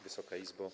Wysoka Izbo!